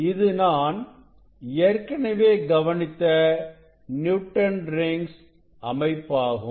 இது நான் ஏற்கனவே கவனித்த நியூட்டன் ரிங்ஸ் அமைப்பாகும்